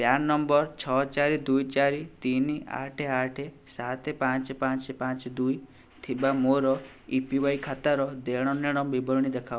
PRAN number ଛଅ ଚାରି ଦୁଇ ଚାରି ତିନି ଆଠ ଆଠ ସାତ ପାଞ୍ଚ ପାଞ୍ଚ ପାଞ୍ଚ ଦୁଇ ଥିବା ମୋର ଏ ପି ୱାଇ ଖାତାର ଦେଣ ନେଣ ବିବରଣୀ ଦେଖାଅ